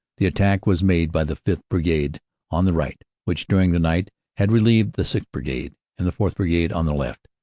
the attack was made by the fifth. brigade on the right, which during the night had relieved the sixth. brigade and the fourth. brigade on the left,